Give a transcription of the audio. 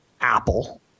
Apple